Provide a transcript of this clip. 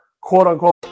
quote-unquote